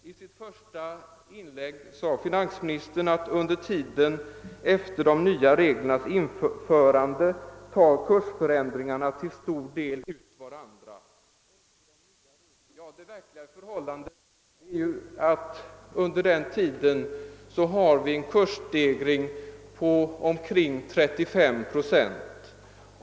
Finansministern framhöll i sitt svar att kursförändringarna under tiden efter de nya reglernas införande till stor del tar ut varandra. Det verkliga förhållandet är att det under denna tid förekommit en kursstegring på omkring 35 procent.